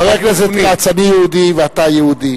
חבר הכנסת כץ, אני יהודי ואתה יהודי,